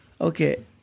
Okay